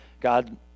God